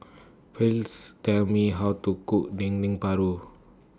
Please Tell Me How to Cook Dendeng Paru